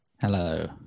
Hello